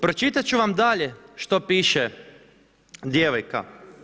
Pročitat ću vam dalje što piše djevojka.